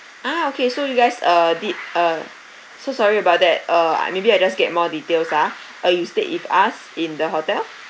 ah okay so you guys uh did uh so sorry about that uh I maybe I just get more details ah oh you stayed with us in the hotel